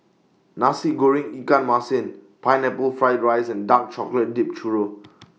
Nasi Goreng Ikan Masin Pineapple Fried Rice and Dark Chocolate Dipped Churro